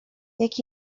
jak